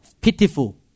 Pitiful